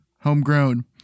homegrown